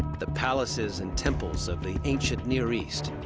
the palaces and temples of the ancient near east,